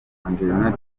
angelina